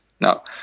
now